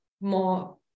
more